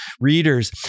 readers